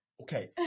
okay